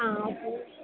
ஆ okay